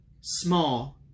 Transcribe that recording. small